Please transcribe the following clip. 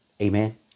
Amen